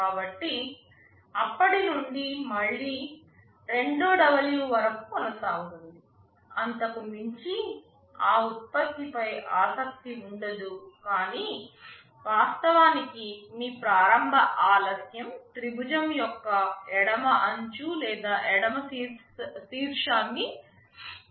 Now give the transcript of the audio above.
కాబట్టి అప్పటి నుండి మళ్ళీ 2W వరకు కొనసాగుతుంది అంతకు మించి ఆ ఉత్పత్తిపై ఆసక్తి ఉండదు కానీ వాస్తవానికి మీ ప్రారంభ ఆలస్యం త్రిభుజము యొక్క ఎడమ అంచు లేదా ఎడమ శీర్షాన్ని కుడి వైపునకు మారుస్తుంది